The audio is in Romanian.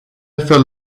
fel